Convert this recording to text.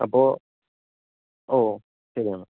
അപ്പോൾ ഓ ശരി എന്നാൽ